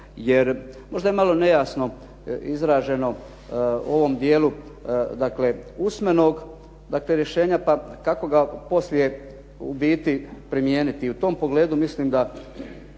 jer možda je malo nejasno izraženo u ovom dijelu usmenog rješenja pa kako ga poslije u biti primijeniti. I u tom pogledu mislim da